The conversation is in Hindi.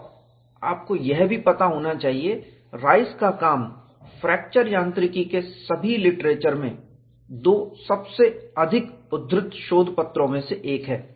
और आपको यह भी पता होना चाहिए राइस का काम फ्रैक्चर यांत्रिकी के सभी लिटरेचर में दो सबसे अधिक उद्धृत शोधपत्रों में से एक है